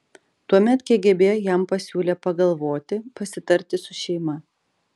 tuomet kgb jam pasiūlė pagalvoti pasitarti su šeima